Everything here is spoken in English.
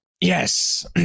Yes